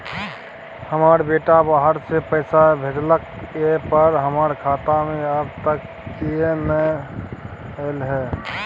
हमर बेटा बाहर से पैसा भेजलक एय पर हमरा खाता में अब तक किये नाय ऐल है?